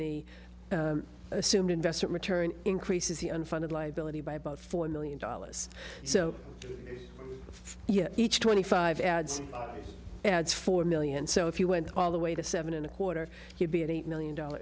the assumed investment return increases the unfunded liability by about four million dollars so yes each twenty five ads ads for million so if you went all the way to seven and a quarter you'd be an eight million dollar